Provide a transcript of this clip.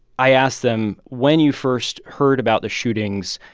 i asked them, when you first heard about the shootings,